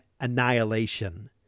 annihilation